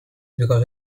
because